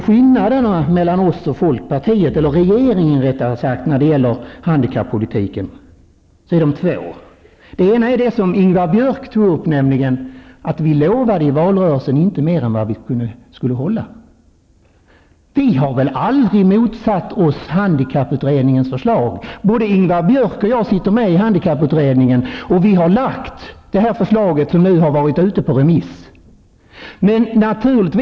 Skillnaden mellan socialdemokraterna och regeringen när det gäller handikappolitiken är tvåfaldig. I valrörelsen lovade vi inte mer än vad vi hade kunnat hålla, något som Ingvar Björk framhöll. För vår del har vi aldrig motsatt oss handikapputredningens förslag. Både Ingvar Björk och jag sitter med i handikapputredningen, och vi har lagt fram det förslag som varit ute på remiss.